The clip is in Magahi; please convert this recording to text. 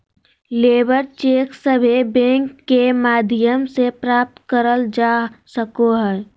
लेबर चेक सभे बैंक के माध्यम से प्राप्त करल जा सको हय